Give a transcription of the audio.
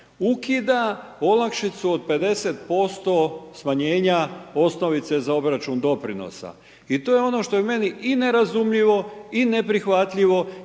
Ukida olakšicu od 50% smanjenja osnovice za obračun doprinosa. I to je ono što je meni i nerazumljivo i neprihvatljivo